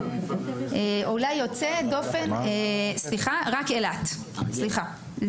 יוצאת דופן רק אילת, סליחה.